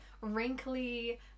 wrinkly